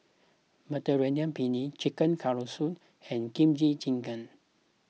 Mediterranean Penne Chicken Casserole and Kimchi Jjigae